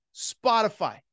Spotify